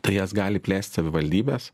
tai jas gali plėst savivaldybės